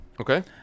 Okay